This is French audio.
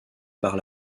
par